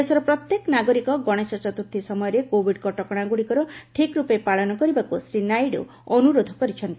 ଦେଶର ପ୍ରତ୍ୟେକ ନାଗରିକ ଗଣେଶ ଚତୁର୍ଥୀ ସମୟରେ କୋବିଡ୍ କଟକଣାଗୁଡ଼ିକର ଠିକ୍ ରୂପେ ପାଳନ କରିବାକୁ ଶ୍ରୀ ନାଇଡୁ ଅନୁରୋଧ କରିଛନ୍ତି